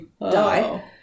die